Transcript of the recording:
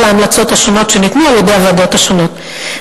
ההמלצות השונות שניתנו על-ידי הוועדות השונות.